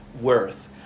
worth